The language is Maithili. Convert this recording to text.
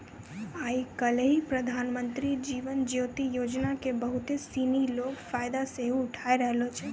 आइ काल्हि प्रधानमन्त्री जीवन ज्योति योजना के बहुते सिनी लोक फायदा सेहो उठाय रहलो छै